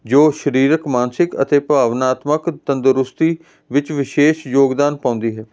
ਜੋ ਸਰੀਰਕ ਮਾਨਸਿਕ ਅਤੇ ਭਾਵਨਾਤਮਕ ਤੰਦਰੁਸਤੀ ਵਿੱਚ ਵਿਸ਼ੇਸ਼ ਯੋਗਦਾਨ ਪਾਉਂਦੀ ਹੈ